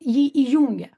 jį įjungia